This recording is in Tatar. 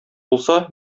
булса